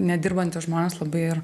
nedirbantys žmonės labai ir